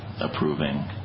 approving